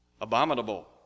abominable